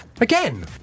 Again